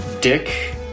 dick